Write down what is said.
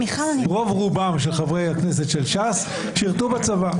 רוב רובם של חברי הכנסת של ש"ס שירתו בצבא.